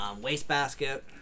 wastebasket